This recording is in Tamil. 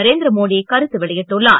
நரேந்திரமோடி கருத்து வெளியிட்டுள்ளார்